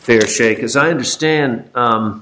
fair shake as i understand